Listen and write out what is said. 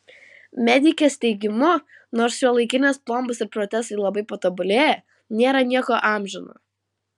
medikės teigimu nors šiuolaikinės plombos ir protezai labai patobulėję nėra nieko amžino